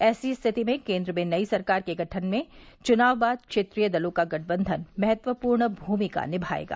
ऐसी स्थिति में केन्द्र में नई सरकार के गठन में चुनाव बाद क्षेत्रीय दलों का गठबंधन महत्वपूर्ण भूमिका निभाएगा